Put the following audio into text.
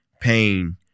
pain